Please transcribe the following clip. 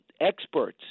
experts